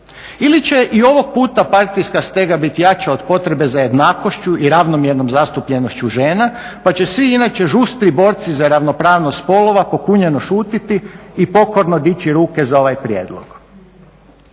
Ili će i ovog puta partijska stega biti jača od potrebe za jednakošću i ravnomjernom zastupljenošću žena, pa će svi inače žustri borci za ravnopravnost spolova pokunjeno šutiti i pokorno dići ruke za ovaj prijedlog.